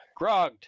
grogged